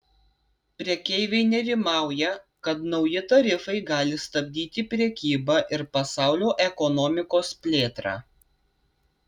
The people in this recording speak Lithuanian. prekeiviai nerimauja kad nauji tarifai gali stabdyti prekybą ir pasaulio ekonomikos plėtrą